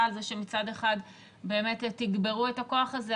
על זה שמצד אחד באמת תגברו את הכוח הזה,